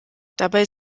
dabei